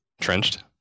Trenched